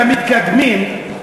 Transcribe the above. למתקדמים,